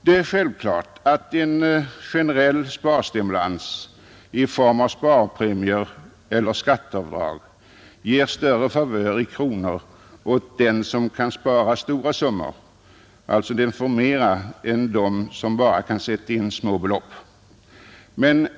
Det är självklart att en generell sparstimulans i form av sparpremier eller skatteavdrag ger större favör i kronor åt den som kan spara stora summor — och alltså får mera — än åt den som bara kan sätta in små belopp.